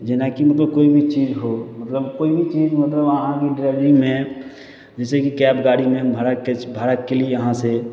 जेनाकि मतलब कोइ भी चीज हो मतलब कोइ भी चीज मतलब अहाँके ड्राइवरीमे जाहिसऽ कि कैब गाड़ीमे भाड़ा किछु भाड़ाके लिए अहाँसे